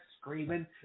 screaming